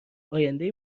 آیندهای